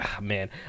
man